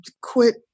quit